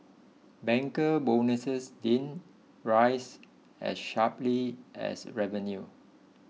banker bonuses didn't rise as sharply as revenue